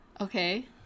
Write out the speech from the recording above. Okay